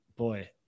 boy